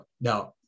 now